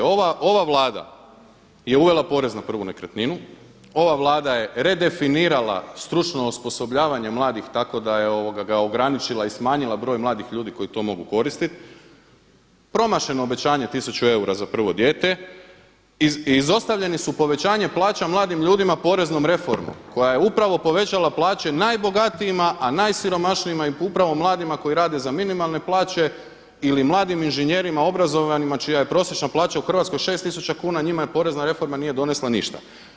Ova Vlada je uvela porez na prvu nekretninu, ova Vlada je redefinirala stručno osposobljavanje mladih tako da ga je ograničila i smanjila broj mladih ljudi koji to mogu koristiti, promašeno obećanje tisuću eura za prvo dijete, izostavljeni su povećanjem plaća mladim ljudima poreznom reformom koja je upravo povećala plaće najbogatijima, a najsiromašnijima i upravo mladima koji rade za minimalne plaće ili mladim inženjerima obrazovanima čija je prosječna plaća u Hrvatskoj šest tisuća kuna njima porezna reforma nije donesla ništa.